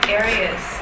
areas